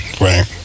Right